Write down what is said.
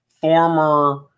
former